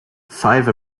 five